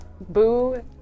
Boo